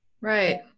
Right